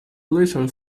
little